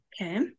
okay